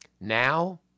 Now